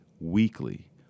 weekly